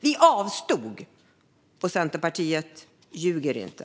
Vi avstod. Och Centerpartiet ljuger inte.